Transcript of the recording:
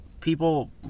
people